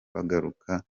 bagaruka